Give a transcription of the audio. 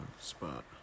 spot